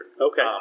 Okay